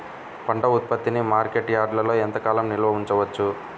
పంట ఉత్పత్తిని మార్కెట్ యార్డ్లలో ఎంతకాలం నిల్వ ఉంచవచ్చు?